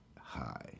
Hi